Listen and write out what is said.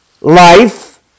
life